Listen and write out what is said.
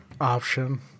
option